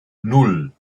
nan